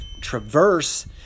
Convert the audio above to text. traverse